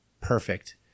perfect